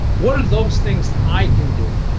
what are those things i can do?